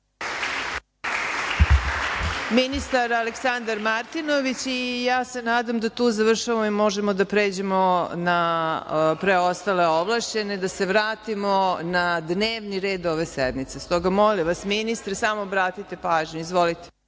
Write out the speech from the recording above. Ministar Aleksandar Martinović ima reč. Nadam se da tu završavamo i da možemo da pređemo na preostale ovlašćene, da se vratimo na dnevni red ove sednice. Molim vas, ministre, samo obratite pažnju. Izvolite.